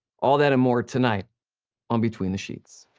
all that and more tonight on between the sheets.